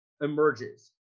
emerges